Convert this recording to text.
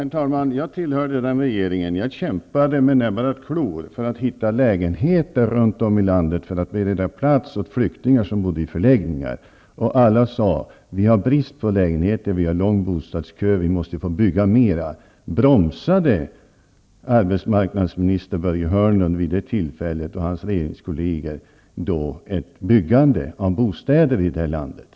Herr talman! Jag tillhörde den regeringen. Jag kämpade med näbbar och klor för att hitta lägenheter runt om i landet för att bereda plats åt flyktingar som bodde i förläggningar. Alla kommuner sade att de hade brist på lägenheter och lång bostadskö och att de måste få bygga mer. Då bromsade nuvarande arbetsmarknadsminister Börje Hörnlund och hans regeringskolleger ett byggande av bostäder här i landet.